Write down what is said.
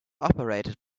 operated